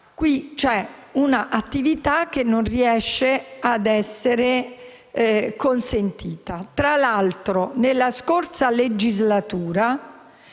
Qui c'è un'attività che non riesce ad essere consentita. Tra l'altro, nella scorsa legislatura,